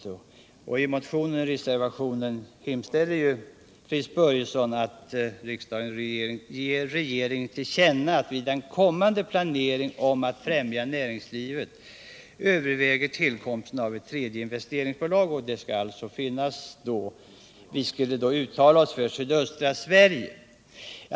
I både reservationen och motionen hemställer Fritz Börjesson att riksdagen ger regeringen till känna att vid en kommande planering om att främja näringslivet man bör överväga tillkomsten av ett tredje investmentbolag. Vi anmodas att uttala oss för sydöstra Sverige.